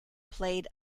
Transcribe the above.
played